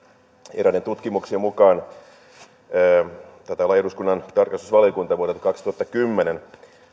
eräiden tutkimuksien mukaan taitaa olla eduskunnan tarkastusvaliokunta vuodelta kaksituhattakymmenen